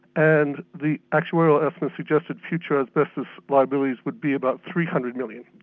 and the actuarial assessment suggested future asbestos liabilities would be about three hundred million